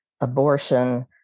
abortion